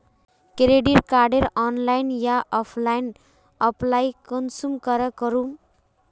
Credit कार्डेर online या offline apply कुंसम करे करूम?